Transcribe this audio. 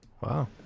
Wow